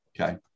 Okay